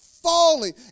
Falling